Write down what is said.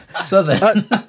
Southern